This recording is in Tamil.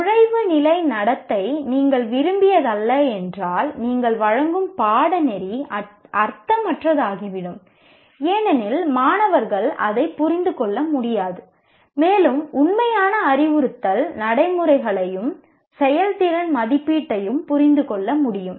நுழைவு நிலை நடத்தை நீங்கள் விரும்பியதல்ல என்றால் நீங்கள் வழங்கும் பாடநெறி அர்த்தமற்றதாகிவிடும் ஏனெனில் மாணவர்கள் அதைப் புரிந்து கொள்ள முடியாது மேலும் உண்மையான அறிவுறுத்தல் நடைமுறைகளையும் செயல்திறன் மதிப்பீட்டையும் புரிந்து கொள்ள முடியாது